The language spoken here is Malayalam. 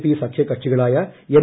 പി സ്പ്യകക്ഷികളായ എൻ